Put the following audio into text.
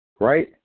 right